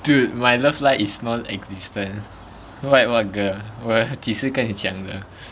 dude my love life is non-existent [what] what girl 我几时跟你讲的